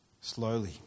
slowly